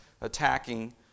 attacking